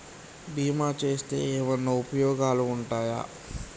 బీమా చేస్తే ఏమన్నా ఉపయోగాలు ఉంటయా?